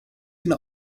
can